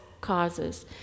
causes